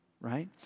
right